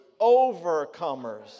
overcomers